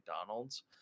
McDonald's